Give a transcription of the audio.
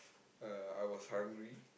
uh I was hungry